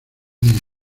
días